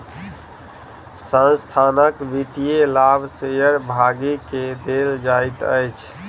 संस्थानक वित्तीय लाभ शेयर भागी के देल जाइत अछि